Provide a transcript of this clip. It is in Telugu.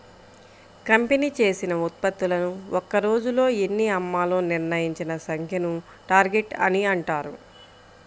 కంపెనీ చేసిన ఉత్పత్తులను ఒక్క రోజులో ఎన్ని అమ్మాలో నిర్ణయించిన సంఖ్యను టార్గెట్ అని అంటారు